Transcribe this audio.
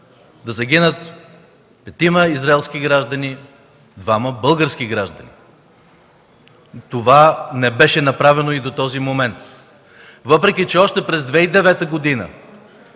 да загинат петима израелски граждани и двама български граждани. Това не е направено и до този момент, въпреки че още през 2009 г.